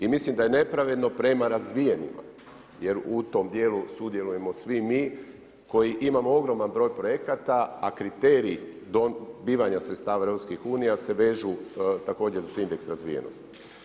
I mislim da je nepravedno prema razvijenima, jer u tom dijelu sudjelujemo svi mi koji imamo ogroman broj projekata a kriteriji dobivanja sredstava EU se vežu također uz indeks razvijenosti.